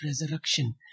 resurrection